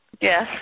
Yes